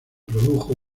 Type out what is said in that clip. produjo